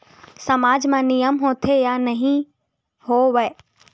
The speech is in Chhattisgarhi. सामाज मा नियम होथे या नहीं हो वाए?